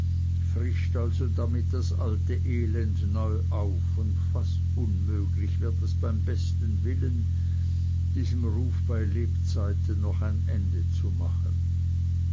frischt also damit das alte elend neu auf und fast unmöglich wird es beim besten willen diesem ruf bei lebzeiten noch ein ende zu machen